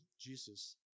Jesus